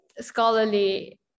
scholarly